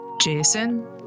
Jason